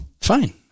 Fine